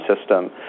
system